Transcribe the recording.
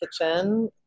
Kitchen